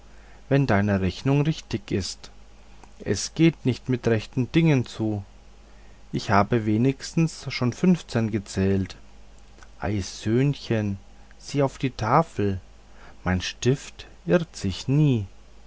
wenn deine rechnung richtig ist es geht nicht mit rechten dingen zu ich habe wenigstens schon fünfzehn gezählt ei söhnchen sieh auf die tafel mein stift irrt sich nie